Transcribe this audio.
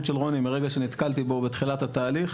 של רוני מרגע שנתקלתי בו בתחילת התהליך,